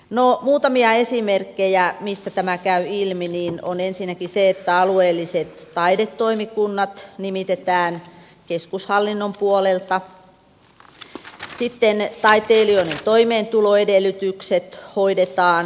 no muutamia esimerkkejä mistä tämä käy ilmi on ensinnäkin se että alueelliset taidetoimikunnat nimitetään keskushallinnon puolelta sitten taiteilijoiden toimeentuloedellytykset hoidetaan